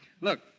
Look